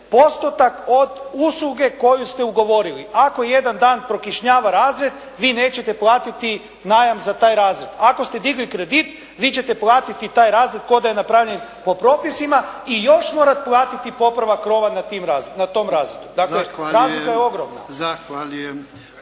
postotak od usluge koju ste ugovorili. Ako jedan dan prokišnjava razred vi nećete platiti najam za taj razred. Ako ste digli kredit vi ćete platiti taj razred kao da je napravljen po propisima i još morati platiti popravak krova na tom razredu. Dakle, razlika je ogromna.